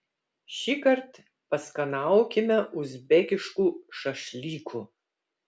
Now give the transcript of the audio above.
šįkart paskanaukime uzbekiškų šašlykų